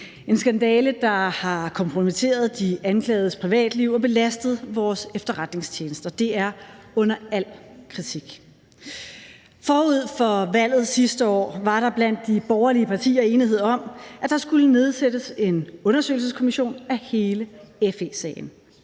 en skandale, der har kompromitteret de anklagedes privatliv og belastet vores efterretningstjenester. Det er under al kritik! Forud for valget sidste år var der blandt de borgerlige partier enighed om, at der skulle nedsættes en undersøgelseskommission af hele FE-sagen.